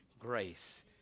grace